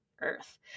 earth